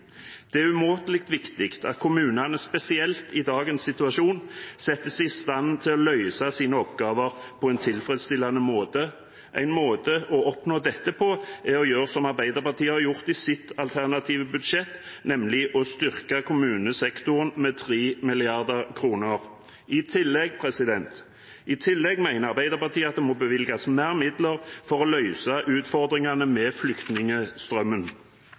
Det er umåtelig viktig at kommunene spesielt i dagens situasjon settes i stand til å løse sine oppgaver på en tilfredsstillende måte. En måte å oppnå dette på er å gjøre som Arbeiderpartiet har gjort i sitt alternative budsjett, nemlig å styrke kommunesektoren med 3 mrd. kr. I tillegg mener Arbeiderpartiet at det må bevilges mer midler for å løse utfordringene med flyktningstrømmen.